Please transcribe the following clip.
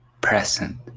Present